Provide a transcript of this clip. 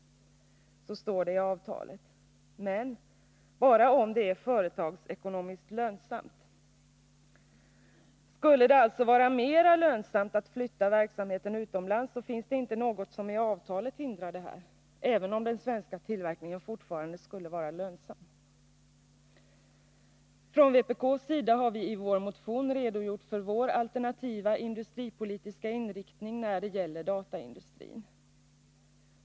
Så står det i avtalet. Men detta skall ske bara om det är företagsekonomiskt lönsamt. Skulle det alltså vara mer lönsamt att flytta verksamheten utomlands, så finns det inte något i avtalet som hindrar detta, även om den svenska tillverkningen fortfarande skulle vara lönsam. Från vpk:s sida har vi i vår motion redogjort för vår alternativa industripolitiska inriktning när det gäller dataindustrin.